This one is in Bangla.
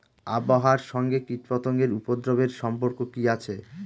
আবহাওয়ার সঙ্গে কীটপতঙ্গের উপদ্রব এর সম্পর্ক কি আছে?